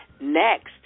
Next